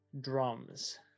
drums